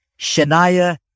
Shania